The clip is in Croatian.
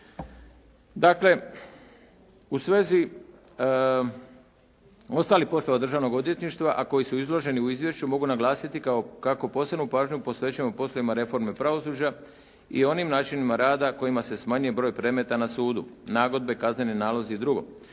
Dakle u svezi ostalih poslova Državnog odvjetništva a koji su izloženi u izvješću mogu naglasiti kao, kako posebnu pažnju posvećujemo poslovima reforme pravosuđa i onim načinima rada kojima se smanjuje broj predmeta na sudu. Nagodbe, kazneni nalozi i drugo.